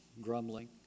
grumbling